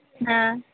ହଁ